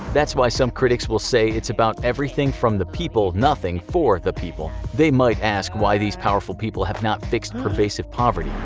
that's why some critics will say it's all about, everything from the people, nothing for the people. they might ask why these powerful people have not fixed pervasive poverty,